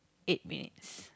eight minutes